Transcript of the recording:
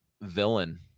Villain